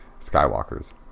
Skywalkers